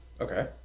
Okay